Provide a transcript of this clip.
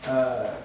err